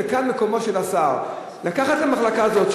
וכאן מקומו של השר לקחת את המחלקה הזאת,